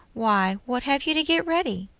why, what have you to get ready?